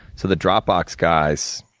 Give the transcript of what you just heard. so the dropbox guys,